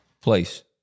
place